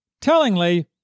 Tellingly